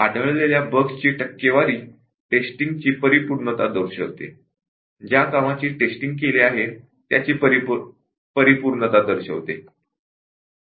आढळलेल्या बग्सची टक्केवारी टेस्टिंगची परिपूर्णता दर्शवते ज्या कामाची टेस्टिंग केली गेली आहे त्याची परिपूर्णता दर्शवते